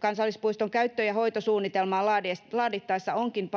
Kansallispuiston käyttö- ja hoitosuunnitelmaa laadittaessa onkin